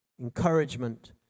encouragement